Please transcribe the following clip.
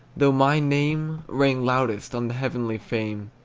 though my name rang loudest on the heavenly fame.